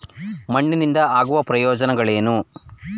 ಮಣ್ಣಿನಿಂದ ಆಗುವ ಪ್ರಯೋಜನಗಳೇನು?